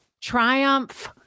triumph